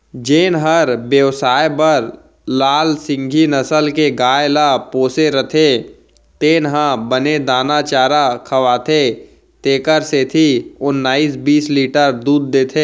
जेन हर बेवसाय बर लाल सिंघी नसल के गाय ल पोसे रथे तेन ह बने दाना चारा खवाथे तेकर सेती ओन्नाइस बीस लीटर दूद देथे